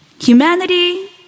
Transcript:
Humanity